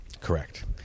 Correct